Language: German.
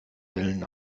wellen